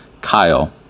Kyle